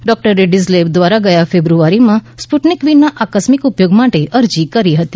doctor Reddy's lab દ્વારા ગયા ફેબ્રુઆરીમાં સ્પુટનિક વીના આકસ્મિક ઉપથોગ માટે અરજી કરી હતી